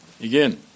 Again